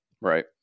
Right